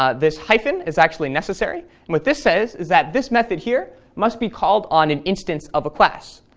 ah this hyphen is actually necessary, and what this says is that this method here must be called on an instance of a class.